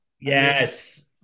Yes